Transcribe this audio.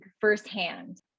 firsthand